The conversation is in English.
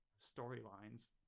storylines